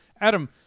Adam